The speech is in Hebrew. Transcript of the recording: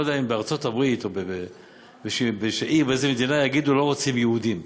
אני לא יודע אם בארצות-הברית או באיזו מדינה יגידו: לא רוצים יהודים.